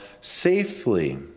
safely